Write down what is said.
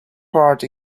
part